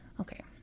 okay